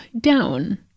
down